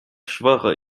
schwöre